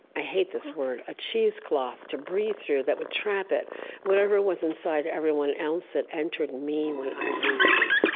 i hate this word a cheesecloth to breath through that would trap it whatever was inside everyone else that entered me when i breathed in.